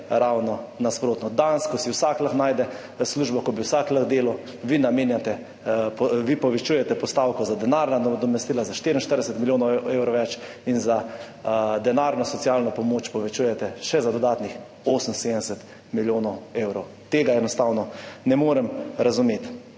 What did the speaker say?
ravno nasprotno. Danes, ko si vsak lahko najde službo, ko bi vsak lahko delal, vi povečujete postavko za denarna nadomestila za 44 milijonov evrov več in denarno socialno pomoč povečujete še za dodatnih 78 milijonov evrov. Tega enostavno ne morem razumeti.